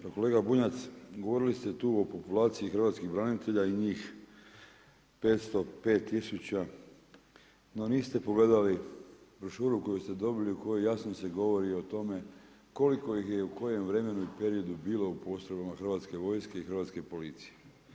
Pa kolega Bunjac, govorili ste tu o populaciji hrvatskih branitelja i njih 505000 no niste pogledali brošuru koju ste dobili u kojoj jasno se govori o tome, koliko ih je u kojem vremenu i periodu bilo u postojanju Hrvatske vojske i Hrvatske policije.